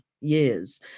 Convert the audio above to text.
years